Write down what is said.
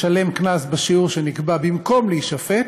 לשלם קנס בשיעור שנקבע במקום להישפט,